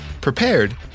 prepared